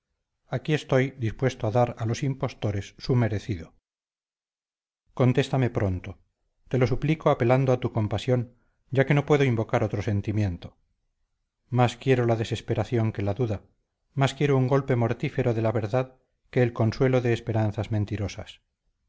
aquí estoy dispuesto a dar a los impostores su merecido contéstame pronto te lo suplico apelando a tu compasión ya que no puedo invocar otro sentimiento más quiero la desesperación que la duda más quiero un golpe mortífero de la verdad que el consuelo de esperanzas mentirosas